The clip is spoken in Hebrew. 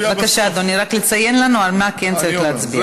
בבקשה, אדוני, רק לציין לנו על מה כן צריך להצביע.